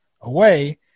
away